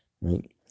Right